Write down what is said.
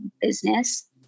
business